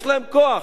יש להם כוח.